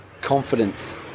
confidence